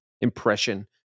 impression